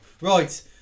right